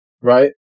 Right